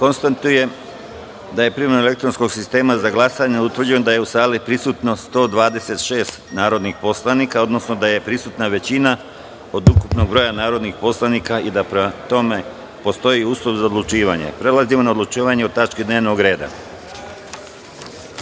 glasanje. Konstatujem da je primenom elektronskog sistema za glasanje utvrđeno da je u sali prisutno 126 narodnih poslanika, odnosno da je prisutna većina od ukupnog broja narodnih poslanika i da, prema tome, postoje uslovi za odlučivanje. Prelazimo na odlučivanje o tački dnevnog reda